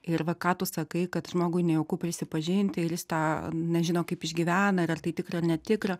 ir va ką tu sakai kad žmogui nejauku prisipažinti ir jis tą nežino kaip išgyvena ir ar tai tikra ar netikra